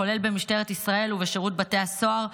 כולל במשטרת ישראל ובשירות בתי הסוהר,